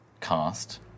cast